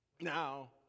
Now